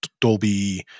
Dolby